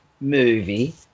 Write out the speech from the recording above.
Movie